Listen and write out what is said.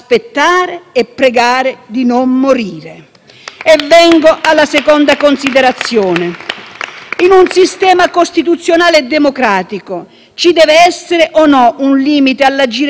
in un sistema costituzionale e democratico ci dev'essere o no un limite all'agire politico, a garanzia stessa della democrazia e dell'inviolabilità dei diritti fondamentali?